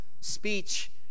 speech